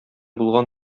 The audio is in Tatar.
булган